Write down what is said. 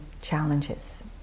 challenges